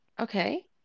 Okay